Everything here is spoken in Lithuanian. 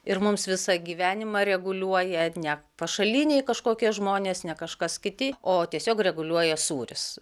ir mums visą gyvenimą reguliuoja ne pašaliniai kažkokie žmonės ne kažkas kiti o tiesiog reguliuoja sūris